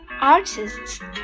Artists